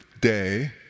day